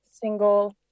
single